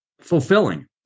fulfilling